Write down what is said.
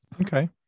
Okay